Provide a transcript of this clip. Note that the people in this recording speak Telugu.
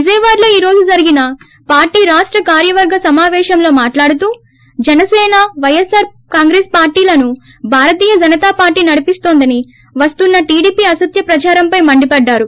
విజయవాడలోఈ రోజు జరిగిన పార్టీ రాష్ట కార్యవర్గ సమాపేశంలో మాట్లాడుతూ Janasena Y S R Congress పార్టీను భారతీయ జనతా పార్లీ నడిపిస్తోందని వస్తున్న టీడీపీ అసత్య ప్రదారం పై మండిపడ్డారు